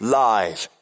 live